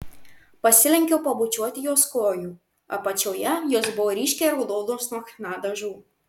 pasilenkiau pabučiuoti jos kojų apačioje jos buvo ryškiai raudonos nuo chna dažų